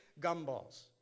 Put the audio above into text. gumballs